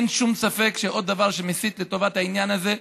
אין שום ספק שעוד דבר שמסית לטובת העניין הזה,